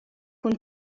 cun